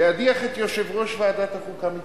להדיח את יושב-ראש ועדת החוקה מתפקידו.